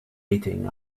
eating